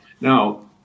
Now